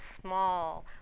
small